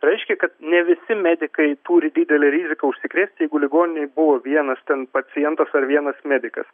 reiškia kad ne visi medikai turi didelę riziką užsikrėsti jeigu ligoninėj buvo vienas ten pacientas ar vienas medikas